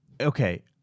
okay